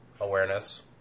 awareness